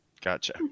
Gotcha